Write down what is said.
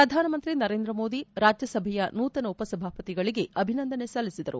ಪ್ರಧಾನಮಂತ್ರಿ ನರೇಂದ್ರ ಮೋದಿ ರಾಜ್ಯಸಭೆಯ ನೂತನ ಉಪಸಭಾಪತಿಗಳಿಗೆ ಅಭಿನಂದನೆ ಸಲ್ಲಿಸಿದರು